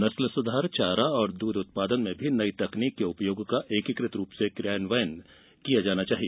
नस्ल सुधार चारा और दूध उत्पादन में नई तकनीक के उपयोग का एकीकृत रूप से क्रियान्वयन किया जाये